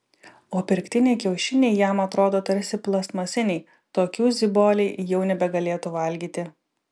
o pirktiniai kiaušiniai jam atrodo tarsi plastmasiniai tokių ziboliai jau nebegalėtų valgyti